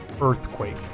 earthquake